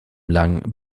lang